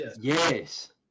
Yes